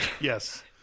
Yes